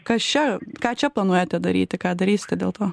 kas čia ką čia planuojate daryti ką darysite dėl to